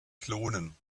klonen